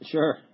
Sure